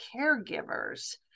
caregivers